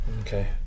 okay